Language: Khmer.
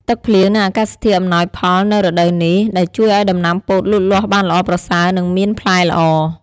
ទឹកភ្លៀង និងអាកាសធាតុអំណោយផលនៅរដូវនេះ ដែលជួយឱ្យដំណាំពោតលូតលាស់បានល្អប្រសើរ និងមានផ្លែល្អ។